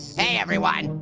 hey, everyone.